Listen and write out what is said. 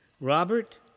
Robert